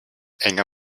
enger